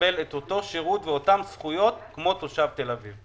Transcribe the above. יקבל את אותו שירות ואת אותן זכויות כמו תושב תל אביב.